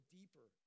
deeper